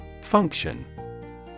Function